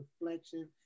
reflection